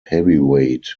heavyweight